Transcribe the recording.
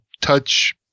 touch